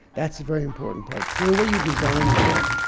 that's the very important part. the way you design the wall,